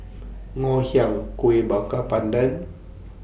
Ngoh Hiang Kuih Bakar Pandan